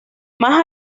más